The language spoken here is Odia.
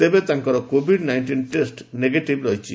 ତେବେ ତାଙ୍କର କୋଭିଡ୍ ନାଇଷ୍ଟିନ୍ ଟେଷ୍ଟ ନେଗେଟିଭ୍ ରହିଛି